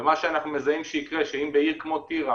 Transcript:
ומה שאנחנו מזהים שיקרה שאם בעיר כמו טירה